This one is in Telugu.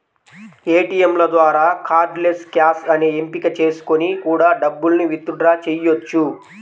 ఏటియంల ద్వారా కార్డ్లెస్ క్యాష్ అనే ఎంపిక చేసుకొని కూడా డబ్బుల్ని విత్ డ్రా చెయ్యొచ్చు